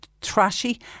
trashy